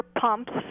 pumps